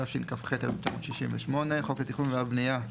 שתשכ"ח-1968; "חוק התכנון והבנייה"